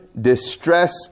distress